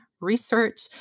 research